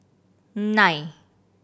nine